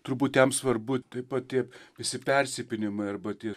turbūt jam svarbu taip pat tie visi persipynimai arba tie